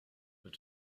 but